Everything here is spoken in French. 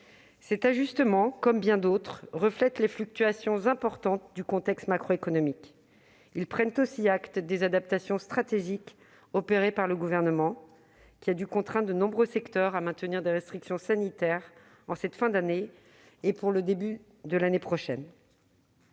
Cet ajustement, comme bien d'autres, reflète les fluctuations importantes du contexte macroéconomique. Il prend aussi acte des adaptations stratégiques opérées par le Gouvernement, qui a dû contraindre de nombreux secteurs à maintenir les restrictions sanitaires en cette fin d'année et pour le début de l'année prochaine.